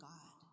God